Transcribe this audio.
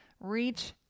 Reach